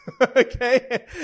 Okay